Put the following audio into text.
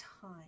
time